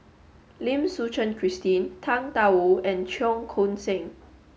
Lim Suchen Christine Tang Da Wu and Cheong Koon Seng